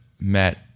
met